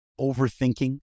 overthinking